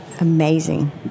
amazing